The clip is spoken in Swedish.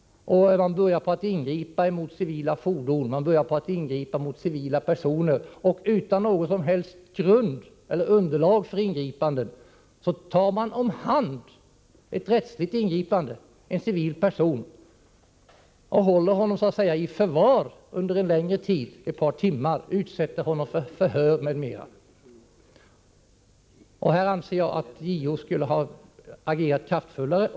Man ingriper mot civila fordon och mot civila personer, och utan något som helst underlag för ingripande tar man om hand — ett rättsligt ingripande — en civilperson och håller honom så att säga i förvar under ett par timmar, utsätter honom för förhör m.m. Här anser jag att JO borde ha agerat kraftfullare.